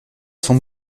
son